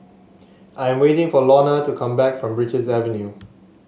I'm waiting for Launa to come back from Richards Avenue